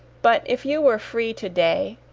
but if you were free to-day,